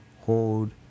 hold